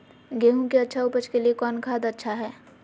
गेंहू के अच्छा ऊपज के लिए कौन खाद अच्छा हाय?